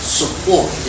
support